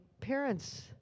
parents